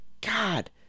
God